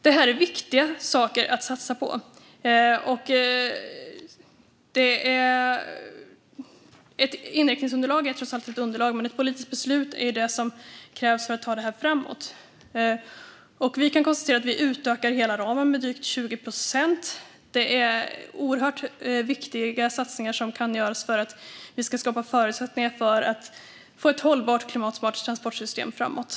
Det här är viktiga saker att satsa på. Ett inriktningsunderlag är trots allt ett underlag, men det är ett politiskt beslut som krävs för att ta detta framåt. Vi kan konstatera att vi utökar hela ramen med drygt 20 procent. Det är oerhört viktiga satsningar som kan göras för att vi ska skapa förutsättningar för att få ett hållbart och klimatsmart transportsystem framöver.